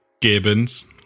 Gibbons